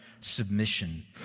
submission